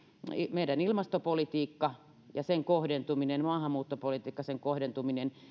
meidän ilmastopolitiikka ja sen kohdentuminen maahanmuuttopolitiikka sen kohdentuminen